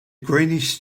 greenish